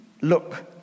look